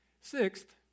Sixth